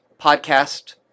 podcast